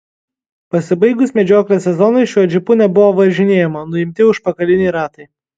pasibaigus medžioklės sezonui šiuo džipu nebuvo važinėjama nuimti užpakaliniai ratai